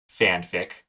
fanfic